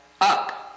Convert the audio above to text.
up